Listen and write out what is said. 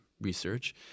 research